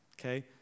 okay